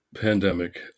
pandemic